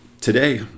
today